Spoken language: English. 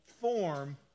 form